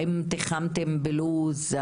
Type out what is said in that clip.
האם תיחמתם את זה בלוח זמנים,